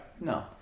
no